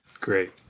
Great